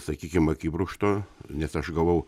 sakykim akibrokšto nes aš gavau